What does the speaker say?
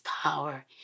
power